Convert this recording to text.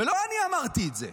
ולא אני אמרתי את זה.